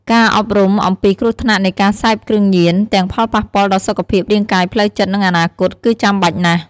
ការអប់រំអំពីគ្រោះថ្នាក់នៃការសេពគ្រឿងញៀន ទាំងផលប៉ះពាល់ដល់សុខភាព រាងកាយ ផ្លូវចិត្ត និងអនាគត គឺចាំបាច់ណាស់។